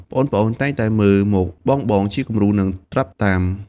ប្អូនៗតែងតែមើលមកបងៗជាគំរូ និងត្រាប់តាម។